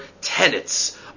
tenets